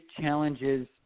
challenges